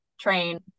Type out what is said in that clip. train